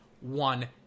one